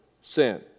sin